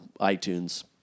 iTunes